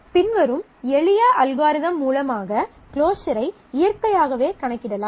பின்வரும் எளிய அல்காரிதம் மூலமாக க்ளோஸர் ஐ இயற்கையாகவே கணக்கிடலாம்